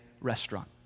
restaurant